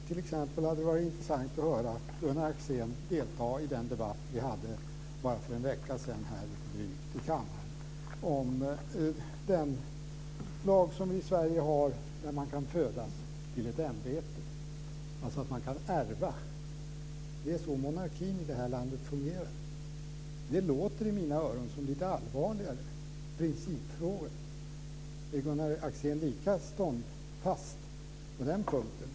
T.ex. hade det varit intressant att höra Gunnar Axén delta i den debatt som vi hade för bara drygt en vecka sedan här i kammaren om den lag som vi i Sverige har som gör att man kan födas till ett ämbete, alltså att man kan ärva det. Det är så monarkin i det här landet fungerar. Det låter i mina öron som en lite allvarligare principfråga. Är Gunnar Axén lika ståndfast på den punkten?